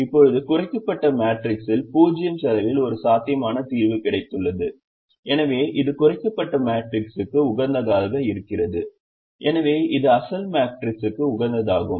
இப்போது குறைக்கப்பட்ட மேட்ரிக்ஸில் 0 செலவில் ஒரு சாத்தியமான தீர்வு கிடைத்துள்ளது எனவே இது குறைக்கப்பட்ட மேட்ரிக்ஸுக்கு உகந்ததாக இருக்கிறது எனவே இது அசல் மேட்ரிக்ஸுக்கு உகந்ததாகும்